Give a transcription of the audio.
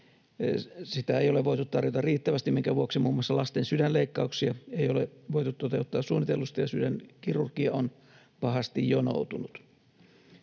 Sitä ei ole voitu tarjota riittävästi, minkä vuoksi muun muassa lasten sydänleikkauksia ei ole voitu toteuttaa suunnitellusti ja sydänkirurgia on pahasti jonoutunut.